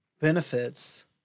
benefits